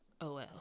OL